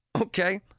Okay